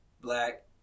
black